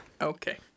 okay